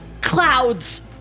clouds